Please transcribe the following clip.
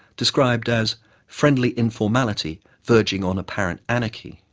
described as friendly informality verging on apparent anarchy.